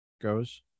goes